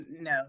no